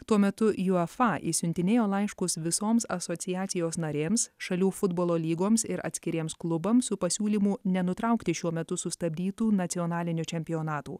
tuo metu uefa išsiuntinėjo laiškus visoms asociacijos narėms šalių futbolo lygoms ir atskiriems klubams su pasiūlymu nenutraukti šiuo metu sustabdytų nacionalinių čempionatų